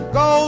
go